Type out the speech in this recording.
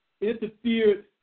interfered